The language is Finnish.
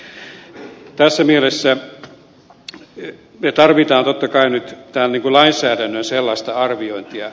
tässä mielessä me tarvitsemme totta kai nyt tämän lainsäädännön arviointia